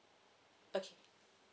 okay